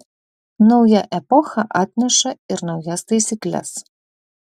nauja epocha atneša ir naujas taisykles